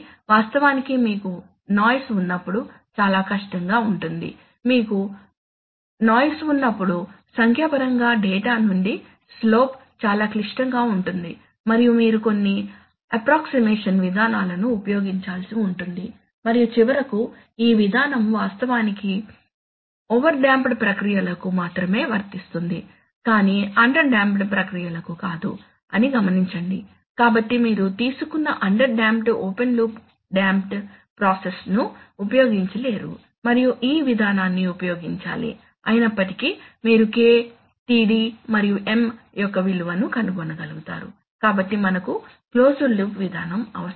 వాస్తవానికి మీకు నాయిస్ ఉన్నప్పుడు చాలా కష్టంగా ఉంటుంది మీకు నాయిస్ ఉన్నప్పుడు సంఖ్యాపరంగా డేటా నుండి స్లోప్ చాలా క్లిష్టంగా ఉంటుంది మరియు మీరు కొన్ని అప్రాక్సీమేషన్ విధానాలను ఉపయోగించాల్సి ఉంటుంది మరియు చివరకు ఈ విధానం వాస్తవానికి ఓవర్ డామ్ప్డ్ ప్రక్రియలకు మాత్రమే వర్తిస్తుంది కానీ అండర్ డామ్ప్డ్ ప్రక్రియలకు కాదు అని గమనించండి కాబట్టి మీరు తీసుకున్న under damped open loop damped ప్రాసెస్ను ఉపయోగించలేరు మరియు ఈ విధానాన్ని ఉపయోగించాలి అయినప్పటికీ మీరు K Td మరియు M యొక్క విలువను కనుగొనగలుగుతారు కాబట్టి మనకు క్లోజ్డ్ లూప్ విధానం అవసరం